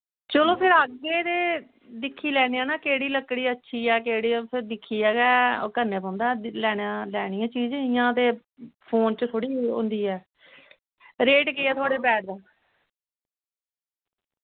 चलो फिर आग्गे ते दिक्खी लैने आं ना केह्ड़ी लकड़ी अच्छी ऐ केह्ड़ी उत्थै दिक्खियै तै ओह् करने पौंदा लैना लैनी ऐ चीज इ'य्यां ते फोन च थोह्ड़ी होंदी ऐ रेट केह् ऐ थुआढ़े बैट दा